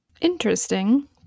Interesting